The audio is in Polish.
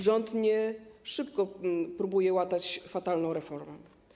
Rząd na szybko próbuje łatać fatalną reformę.